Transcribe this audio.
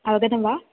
अवगतं वा